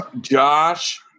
Josh